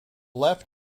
left